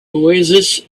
oasis